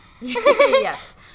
Yes